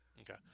Okay